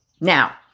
Now